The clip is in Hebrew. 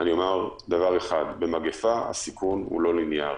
אומר דבר אחד: במגפה הסיכון הוא לא ליניארי,